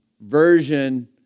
version